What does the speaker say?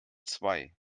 zwei